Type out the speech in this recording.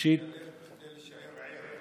כדי להישאר ער.